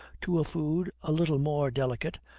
to a food a little more delicate,